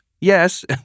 Yes